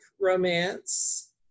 romance